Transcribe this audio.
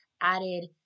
added